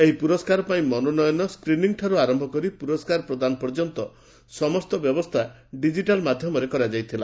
ଏହି ପୁରସ୍କାର ପାଇଁ ମନୋନୟନ ସ୍କ୍ରିନିଂଠାରୁ ଆରମ୍ଭ କରି ପୁରସ୍କାର ପ୍ରଦାନ ପ୍ରର୍ଯ୍ୟନ୍ତ ସମସ୍ତ ବ୍ୟବସ୍ଥା ଡିଜିଟାଲ୍ ମାଧ୍ୟମରେ କରାଯାଇଥିଲା